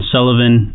Sullivan